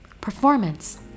Performance